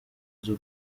z’u